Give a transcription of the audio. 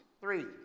Three